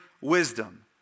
wisdom